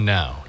Now